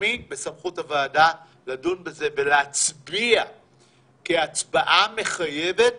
לטעמי בסמכות הוועדה לדון בכך ואף להצביע כהצבעה מחייבת